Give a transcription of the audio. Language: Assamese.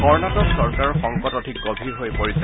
কৰ্ণাটক চৰকাৰৰ সংকট অধিক গভীৰ হৈ পৰিছে